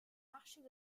marchait